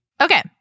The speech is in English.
Okay